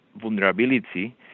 vulnerability